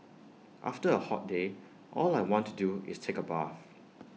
after A hot day all I want to do is take A bath